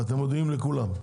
ואתם מודיעים לכולם?